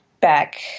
back